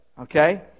okay